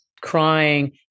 crying